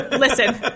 listen